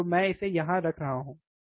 तो मैं इसे यहाँ रख रहा हूँ है ना